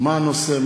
מה הנושא,